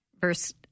Verse